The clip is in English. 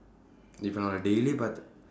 if I on daily but